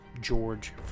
George